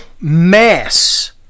mass